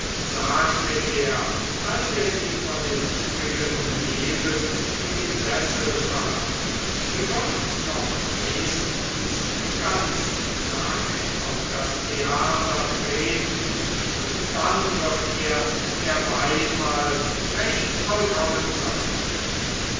sagte er als er sie von den übrigen umgeben in dem sessel fand sie wird noch ehstens ganz nackt auf das theater treten und dann wird erst der beifall recht vollkommen sein